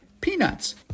peanuts